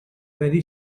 very